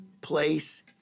place